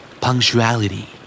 Punctuality